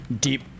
deep